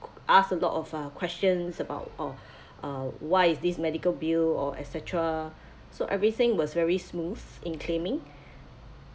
ask a lot of uh questions about oh uh why is this medical bill or et cetera so everything was very smooth in claiming